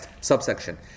subsection